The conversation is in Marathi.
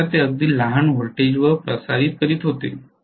विशेषत ते अगदी लहान व्होल्टेजवर प्रसारित करीत होते